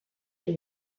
die